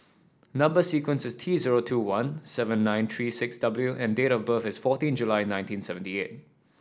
number sequence is T zero two one seven nine three six W and date of birth is fourteen July nineteen seventy eight